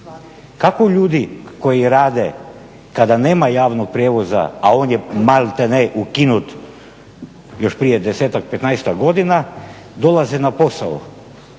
Kako ljudi koji rade kada nema javnog prijevoza, a on je maltene ukinut još prije desetak, petnaestak godina dolaze na posao,